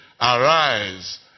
Arise